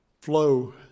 flow